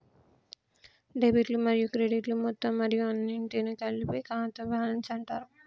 డెబిట్లు మరియు క్రెడిట్లు మొత్తం మరియు అన్నింటినీ కలిపి ఖాతా బ్యాలెన్స్ అంటరు